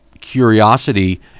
curiosity